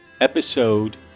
episode